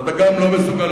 ואתה גם לא מסוגל.